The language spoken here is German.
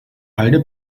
halde